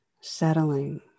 settling